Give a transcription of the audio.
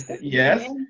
yes